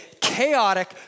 chaotic